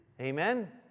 Amen